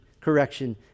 correction